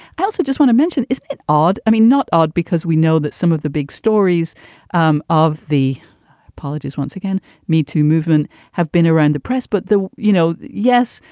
i also just want to mention, is it odd? i mean, not odd, because we know that some of the big stories um of the apologies once again metoo movement have been around the press. but, you know, yes,